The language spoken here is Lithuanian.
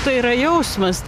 tai yra jausmas